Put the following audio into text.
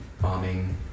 bombing